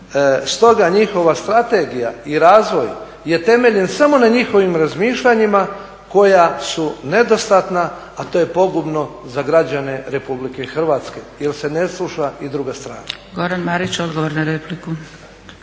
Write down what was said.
Stoga njihova strategija i razvoj je temeljen samo na njihovim razmišljanjima koja su nedostatna, a to je pogubno za građane RH jel se ne sluša i druga strana. **Zgrebec, Dragica